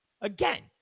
again